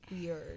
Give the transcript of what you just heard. weird